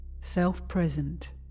self-present